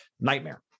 nightmare